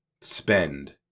spend